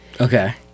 okay